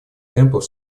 темпов